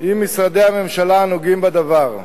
עם משרדי הממשלה הנוגעים בדבר,